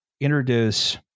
introduce